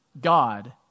God